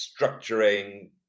structuring